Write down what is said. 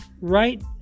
right